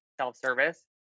self-service